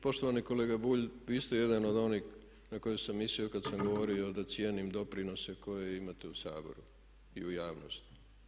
Poštovani kolega Bulj, vi ste jedan od onih na koje sam mislio kad sam govorio da cijenim doprinose koje imate u Saboru i u javnosti.